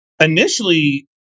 initially